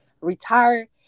Retire